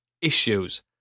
issues